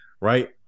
right